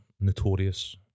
notorious